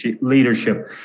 leadership